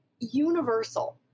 universal